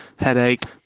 headache,